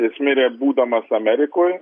jis mirė būdamas amerikoj